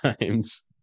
times